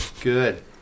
Good